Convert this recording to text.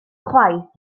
chwaith